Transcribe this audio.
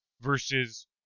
versus